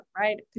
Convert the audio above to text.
right